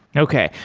okay.